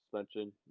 suspension